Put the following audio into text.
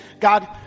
God